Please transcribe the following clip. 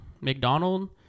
McDonald